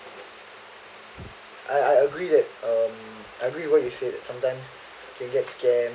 I I agree that um every word you say that sometimes can get scam